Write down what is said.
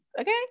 okay